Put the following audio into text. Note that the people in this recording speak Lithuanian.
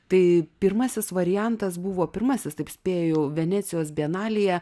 tai pirmasis variantas buvo pirmasis taip spėju venecijos bienalėje